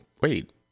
wait